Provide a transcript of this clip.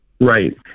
Right